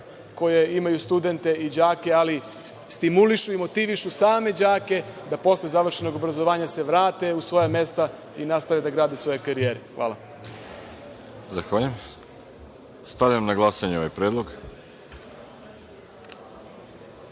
koji imaju studente i đake, ali stimulišu i motivišu same đake da posle završenog obrazovanja se vrate u svoja mesta i nastave da grade svoje karijere. Hvala. **Veroljub Arsić** Zahvaljujem. Stavljam na glasanje ovaj